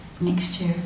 mixture